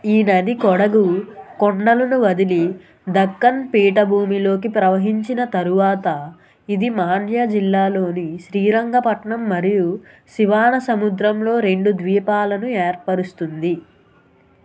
ఈ నది కొడగు కొండలను వదిలి దక్కన్ పీఠభూమిలోకి ప్రవహించిన తరువాత ఇది మాండ్య జిల్లాలోని శ్రీరంగపట్నం మరియు శివానసముద్రంలో రెండు ద్వీపాలను ఏర్పరుస్తుంది